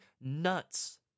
nuts